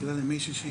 בגלל ימי שישי.